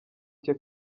cye